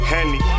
Henny